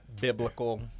biblical